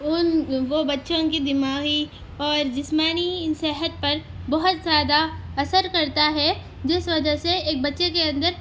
ان وہ بچّوں کے دماغی اور جسمانی صحت پر بہت زیادہ اثر کرتا ہے جس وجہ سے ایک بچے کے اندر